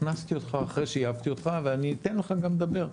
אני הכנסתי אותך אחרי שהעפתי אותך ואני אתן לך גם לדבר,